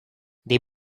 they